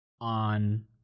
On